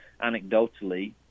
anecdotally